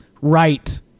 right